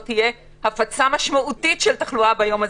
תהיה הפצה משמעותית של תחלואה ביום הזה,